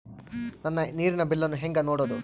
ನನ್ನ ನೇರಿನ ಬಿಲ್ಲನ್ನು ಹೆಂಗ ನೋಡದು?